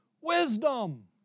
Wisdom